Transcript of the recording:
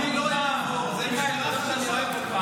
אתה יודע שאני אוהב אותך,